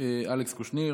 אלכס קושניר.